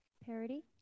Parody